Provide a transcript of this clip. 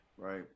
Right